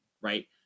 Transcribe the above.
right